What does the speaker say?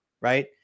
Right